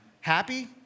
happy